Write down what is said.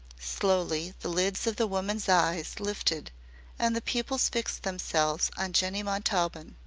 slowly the lids of the woman's eyes lifted and the pupils fixed themselves on jinny montaubyn,